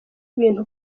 ibintu